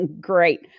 Great